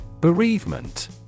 Bereavement